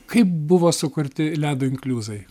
kaip buvo sukurti ledo inkliuzai